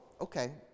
okay